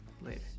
later